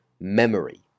memory